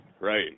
right